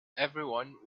everyone